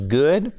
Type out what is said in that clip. good